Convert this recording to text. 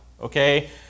okay